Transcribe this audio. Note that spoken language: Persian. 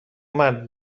مرد